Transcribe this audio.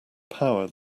power